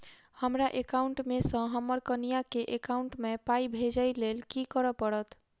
हमरा एकाउंट मे सऽ हम्मर कनिया केँ एकाउंट मै पाई भेजइ लेल की करऽ पड़त?